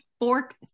fork